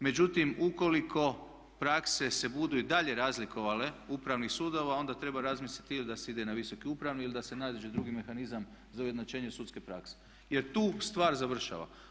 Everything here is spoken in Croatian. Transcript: Međutim, ukoliko prakse se budu i dalje razlikovale upravnih sudova onda treba razmisliti ili da se ide na Visoki upravni ili da se nađe drugi mehanizam za ujednačenje sudske prakse, jer tu stvar završava.